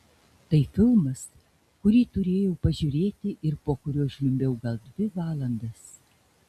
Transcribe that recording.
tai filmas kurį turėjau pažiūrėti ir po kurio žliumbiau gal dvi valandas